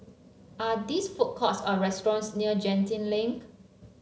are these food courts or restaurants near Genting Link